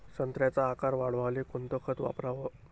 संत्र्याचा आकार वाढवाले कोणतं खत वापराव?